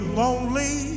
lonely